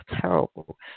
terrible